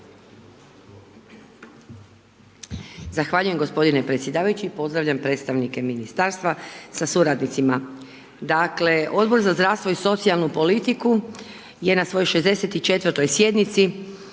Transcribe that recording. Zahvaljujem gospodine predsjedavajući, pozdravljam predstavnike ministarstva sa suradnicima, dakle Odbor za zdravstvo i socijalnu politiku je na svojoj 64. sjednici